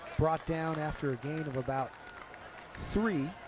brought down after a gain of about three.